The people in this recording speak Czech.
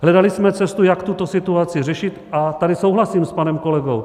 Hledali jsme cestu, jak tuto situaci řešit, a tady souhlasím s panem kolegou.